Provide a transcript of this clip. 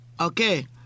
Okay